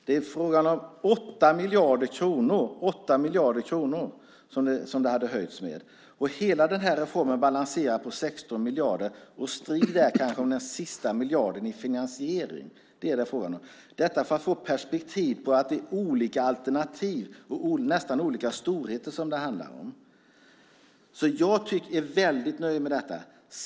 Det är fråga om en höjning med 8 miljarder kronor. Hela den här reformen balanserar på 16 miljarder, och kanske en strid om den sista miljarden i finansiering. Det är vad det är fråga om. Detta säger jag för att vi ska få perspektiv på att det är olika alternativ och nästan olika storheter som det handlar om. Jag är väldigt nöjd med detta.